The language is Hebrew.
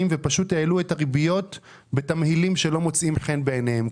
והעלו את הריביות בתמהילים שלא מוצאים חן בעיניהם.